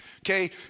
Okay